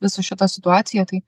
visą šitą situaciją tai